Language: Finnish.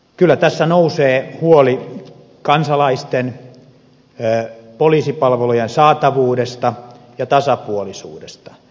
kyllä tässä nousee huoli kansalaisten poliisipalvelujen saatavuudesta ja tasapuolisuudesta